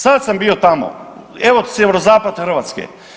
Sad sam bio tamo, evo sjeverozapad Hrvatske.